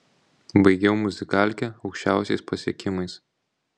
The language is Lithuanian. baigiau muzikalkę aukščiausiais pasiekimais